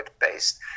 based